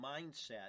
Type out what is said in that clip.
mindset